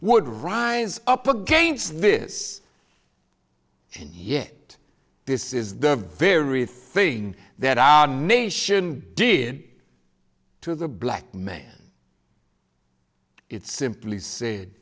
would rise up against this yet this is the very thing that our nation did to the black man it simply said